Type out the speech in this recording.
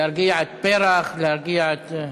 להרגיע את פרח, להרגיע את,